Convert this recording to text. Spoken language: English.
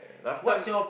at last time